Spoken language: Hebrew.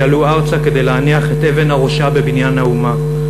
שעלו ארצה כדי להניח אבן הראשה בבניין האומה.